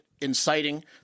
inciting